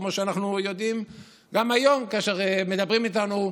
כמו שאנחנו יודעים גם היום כאשר מדברים איתנו.